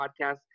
Podcast